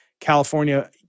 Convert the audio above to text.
California